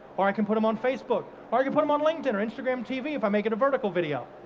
or i can put them on facebook or i can put them on linkedin or instagram tv, if i make it a vertical video